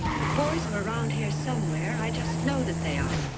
the boys are around here somewhere. i just know that they are.